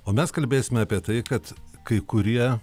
o mes kalbėsime apie tai kad kai kurie